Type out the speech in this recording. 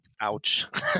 ouch